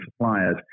suppliers